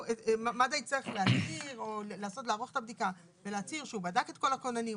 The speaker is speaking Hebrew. מד"א יצטרך להכיר או לערוך את הבדיקה ולהצהיר שהוא בדק את כל הכוננים,